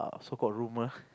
so called rumor